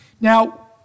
Now